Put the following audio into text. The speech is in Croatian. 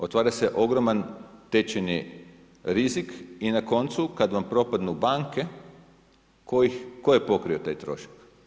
Otvara se ogroman tečajni rizik i na koncu, kada vam propadnu banku, tko je pokrio taj trošak?